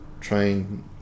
train